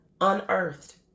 unearthed